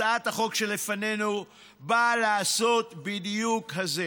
הצעת החוק שלפנינו באה לעשות בדיוק את זה.